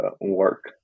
work